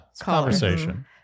conversation